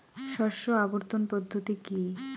শস্য আবর্তন পদ্ধতি কি?